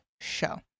show